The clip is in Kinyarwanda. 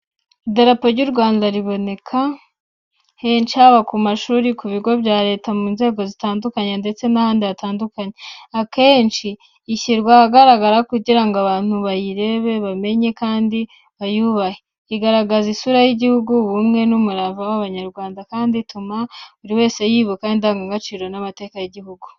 Idarapo ry’u Rwanda riboneka henshi, haba ku mashuri, ku bigo bya Leta mu nzego zitandukanye ndetse n’ahandi hatandukanye. Akenshi ishyirwa ahagaragara kugira ngo abantu bayirebe, bayimenye kandi bayubahe. Igaragaza isura y’igihugu, ubumwe n’umurava w’Abanyarwanda, kandi ituma buri wese yibuka indangagaciro n’amateka y’igihugu.